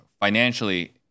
financially